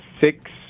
six